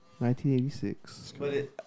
1986